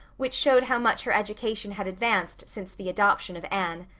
which showed how much her education had advanced since the adoption of anne.